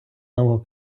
нового